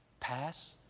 pass?